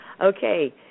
Okay